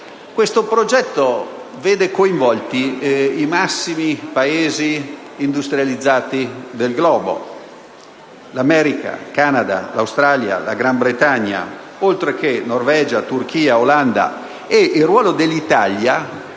Questo progetto vede coinvolti i massimi Paesi industrializzati del globo: Stati Uniti d'America, Canada, Australia, Gran Bretagna, oltre che Norvegia, Turchia, Olanda. Il ruolo dell'Italia,